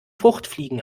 fruchtfliegen